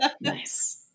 Nice